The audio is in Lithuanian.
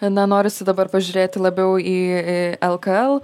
na norisi dabar pažiūrėti labiau į į lkl